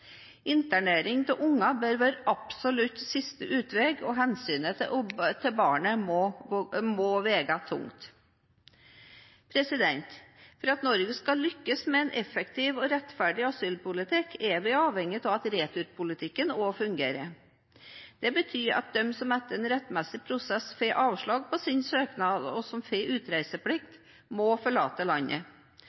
av unger bør være absolutt siste utvei, og hensynet til barnet må veie tungt. For at Norge skal lykkes med en effektiv og rettferdig asylpolitikk, er vi avhengig av at også returpolitikken fungerer. Det betyr at de som etter en rettmessig prosess får avslag på sin søknad, og som får utreiseplikt, må forlate landet.